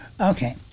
Okay